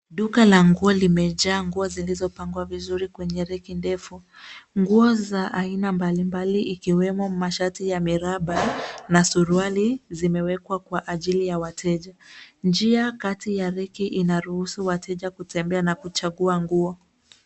Duka la nguo limejaa nguo zilizopangwa vizuri kwenye reki ndefu. Nguo za aina mbalimbali ikiwemo mashati ya miraba na suruali zimewekwa kwa ajili ya wateja. Njia kati ya reki ina ruhusu wateja kutembea na kuchagua nguo.